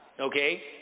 Okay